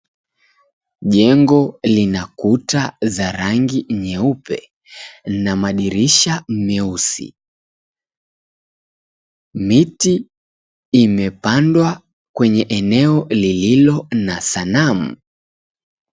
Jengo lina kuta za rangi nyeupe na madirisha meusi. Miti imepandwa kwenye eneo lililo na sanamu.